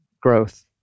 growth